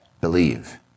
believe